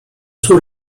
suo